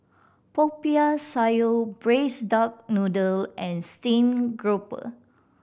Popiah Sayur Braised Duck Noodle and steamed grouper